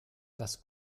das